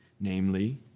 namely